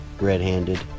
red-handed